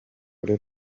mucyo